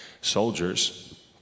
Soldiers